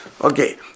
Okay